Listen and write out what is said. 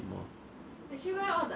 I think it stopped just now